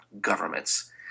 governments